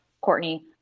courtney